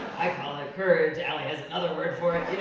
i call it courage, ali has another word for it.